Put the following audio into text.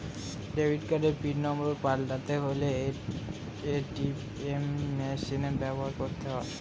debit কার্ডের pin number পাল্টাতে হলে এ.টি.এম মেশিন ব্যবহার করতে হয়